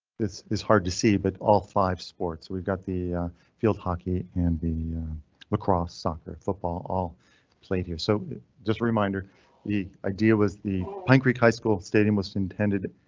this is hard to see, but all five sports we've got the field hockey and the lacrosse soccer football all played here. so just reminder the idea. was the pine creek high school stadium was intended.